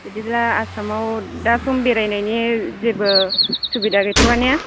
बिदिब्ला आसामाव दा सम बेरायनायनि जेबो सुबिदा गैथ'वा ने